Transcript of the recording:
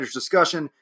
discussion